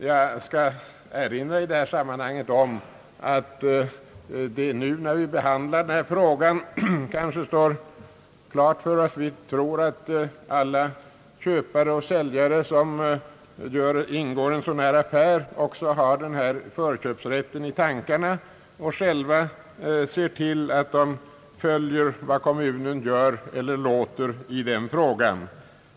Jag vill i detta sammanhang erinra om att när vi nu behandlar denna fråga så tror vi kanske, att alla köpare och säljare som gör en fastighetsaffär också har förköpsrätten i tankarna och själva ser till att de följer med vad kommunen gör eller låter göra i den frågan.